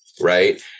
right